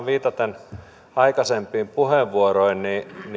viitaten aikaisempiin puheenvuoroihin